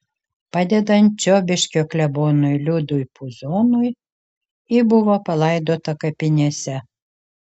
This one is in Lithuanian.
padedant čiobiškio klebonui liudui puzonui ji buvo palaidota kapinėse